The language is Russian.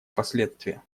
последствия